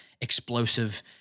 explosive